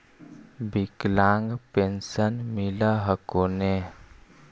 विकलांग पेन्शन मिल हको ने?